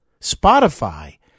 Spotify